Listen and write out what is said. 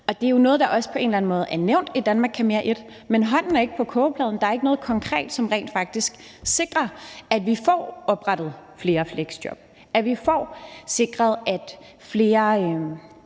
eller anden måde er nævnt i »Danmark kan mere I«, men hånden er ikke på kogepladen. Der er ikke noget konkret, som rent faktisk sikrer, at vi får oprettet flere fleksjob, og at vi får sikret, at flere